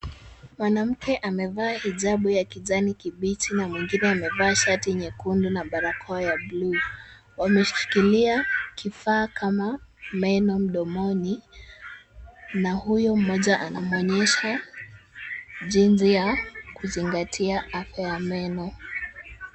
Mwanamke amevaa hijabu ya kijani kibichi na mwingine amevaa shati nyekundu na barakoa ya bluu, wameshikilia kifaa kama meno mdomoni na huyo mmoja anamwonyesha jinsi ya kuzingatia afya ya meno.